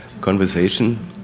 conversation